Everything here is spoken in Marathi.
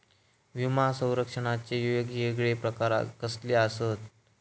विमा सौरक्षणाचे येगयेगळे प्रकार कसले आसत?